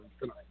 tonight